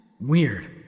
weird